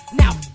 now